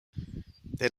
their